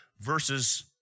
versus